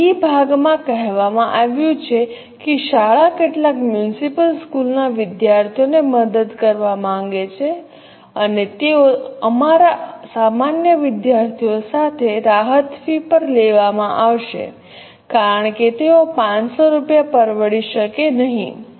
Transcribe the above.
હવે બી ભાગમાં કહેવામાં આવ્યું છે કે શાળા કેટલાક મ્યુનિસિપલ સ્કૂલના વિદ્યાર્થીઓને મદદ કરવા માંગે છે અને તેઓ અમારા સામાન્ય વિદ્યાર્થીઓ સાથે રાહત ફી પર લેવામાં આવશે કારણ કે તેઓ 500 રૂપિયા પરવડી શકે નહીં